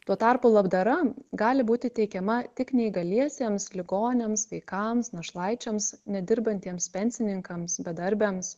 tuo tarpu labdara gali būti teikiama tik neįgaliesiems ligoniams vaikams našlaičiams nedirbantiems pensininkams bedarbiams